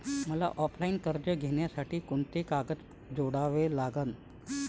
मले ऑफलाईन कर्ज घ्यासाठी कोंते कागद जोडा लागन?